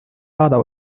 other